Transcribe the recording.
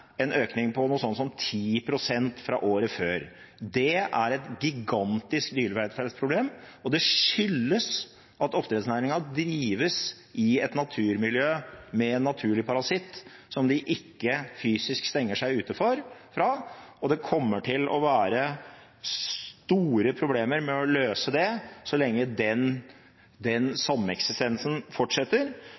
en økning på noe slikt som 10 pst. fra året før. Det er et gigantisk dyrevelferdsproblem, og det skyldes at oppdrettsnæringen drives i et naturmiljø med en naturlig parasitt som de ikke fysisk stenger seg ute fra, og det kommer til å være store problemer med å løse det så lenge den sameksistensen fortsetter og den